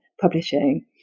publishing